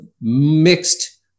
mixed